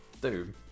Doom